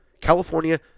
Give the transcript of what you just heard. California